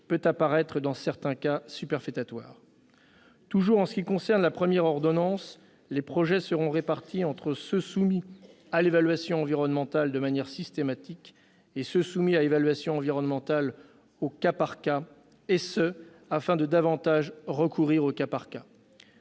peut apparaître, dans certains cas, superfétatoire. Toujours en ce qui concerne la première ordonnance, les projets seront répartis entre ceux qui sont soumis à évaluation environnementale de manière systématique et ceux qui le seront au cas par cas, et ce, afin de davantage recourir à ce second